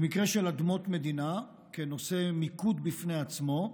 במקרה של אדמות מדינה כנושא מיקוד בפני עצמו,